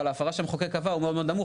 אבל ההפרה שהמחוקק קבע הוא מאוד מאוד נמוך.